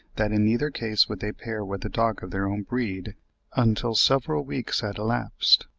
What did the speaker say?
that in neither case would they pair with a dog of their own breed until several weeks had elapsed.